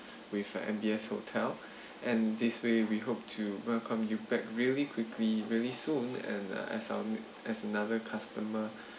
with uh M_B_S hotel and this way we hope to welcome you back really quickly really soon and as our as another customer